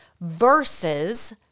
Versus